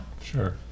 sure